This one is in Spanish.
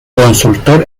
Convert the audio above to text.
consultor